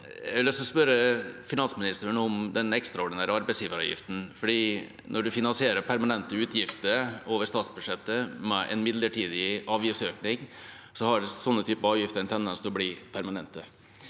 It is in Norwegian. til å spørre finansministeren om den ekstraordinære arbeidsgiveravgiften. Når en finansierer permanente utgifter over statsbudsjettet med en midlertidig avgiftsøkning, har sånne typer avgifter en tendens til å bli permanente.